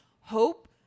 hope